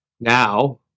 now